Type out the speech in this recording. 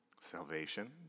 Salvation